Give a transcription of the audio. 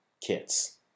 kits